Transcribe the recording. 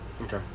Okay